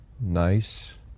nice